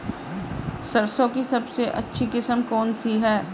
सरसों की सबसे अच्छी किस्म कौन सी है?